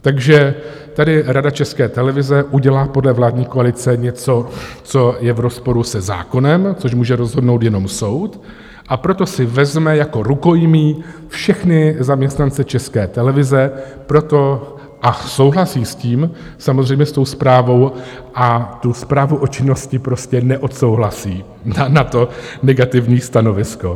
Takže tady Rada České televize udělá podle vládní koalice něco, co je v rozporu se zákonem, což může rozhodnout jenom soud, a proto si vezme jako rukojmí všechny zaměstnance České televize pro to, a souhlasí s tím, samozřejmě s tou zprávou, a tu zprávu o činnosti prostě neodsouhlasí, na to negativní stanovisko.